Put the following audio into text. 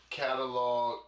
catalog